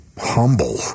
Humble